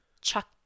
chuck